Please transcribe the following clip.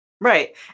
Right